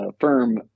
firm